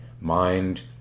mind